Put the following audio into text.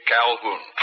Calhoun